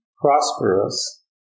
prosperous